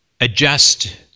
adjust